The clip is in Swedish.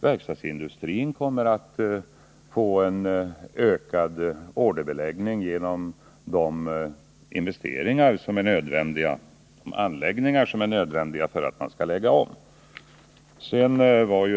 Verkstadsindustrin kommer också att få ökad orderbeläggning genom investeringar i de anläggningar som är nödvändiga för denna omläggning.